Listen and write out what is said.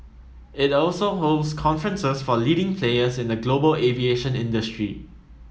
it also hosts conferences for leading players in the global aviation industry